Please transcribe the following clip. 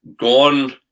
gone